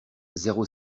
zéro